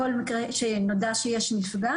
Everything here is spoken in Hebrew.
אחראי מדיה בפורום.